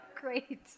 great